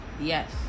yes